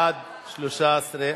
אני לא הספקתי, אני יכולה, בעד, 13,